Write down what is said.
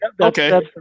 okay